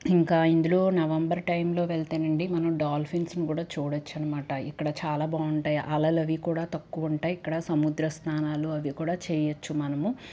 ఇంకా ఇందులో నవంబర్ టైంలో వెళ్తే నండి మనం డాల్ఫిన్స్ని కూడా చూడచ్చు అనమాట ఇక్కడ చాలా బాగుంటాయి అలలు అవి కూడా తక్కువ ఉంటాయి ఇక్కడ సముద్రం స్నానాలు అవి కూడా చేయచ్చు మనము